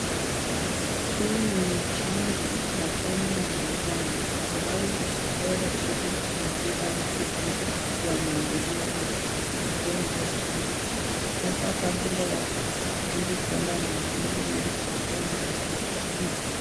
Hii ni chanjo ya homa ya majani, ambayo hutolewa ili kulinda mtu dhidi ya maambulizi ya ugonjwa huo. Hasa kabla ya kusafiri kuenda maeneo yenye hatari ya maambukizi .